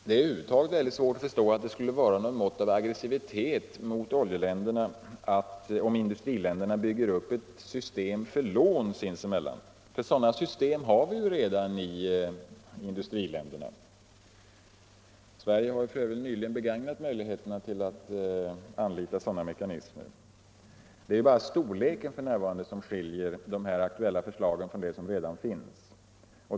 Det är över huvud taget svårt att förstå att det skulle vara någon form av aggressivitet mot oljeländerna att i-länderna bygger upp ett system för lån sinsemellan. Sådana system har vi ju redan i i-länderna. Sverige har f. ö. nyligen begagnat möjligheterna till att anlita sådana mekanismer. Det är bara storleken som skiljer de här aktuella förslagen från de system som redan finns.